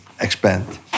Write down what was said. expand